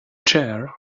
chair